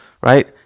right